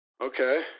Okay